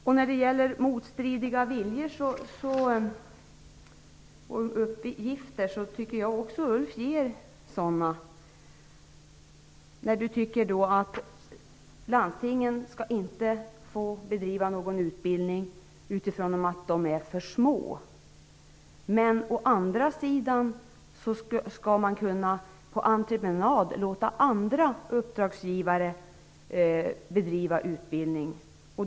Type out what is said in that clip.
Jag tycker att också Ulf Melin ger uttryck för motstridiga viljor och uppgifter. Han tycker ju att landstingen inte skall få bedriva utbildning utifrån det faktum att de är för små. Å andra sidan skall man på entreprenad låta andra uppdragsgivare bedriva utbildning.